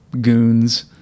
goons